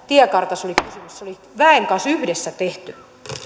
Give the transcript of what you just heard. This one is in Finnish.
tiekartassa oli kysymys se oli väen kanssa yhdessä tehty